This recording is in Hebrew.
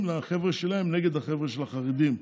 לחבר'ה שלהם נגד החבר'ה של החרדים.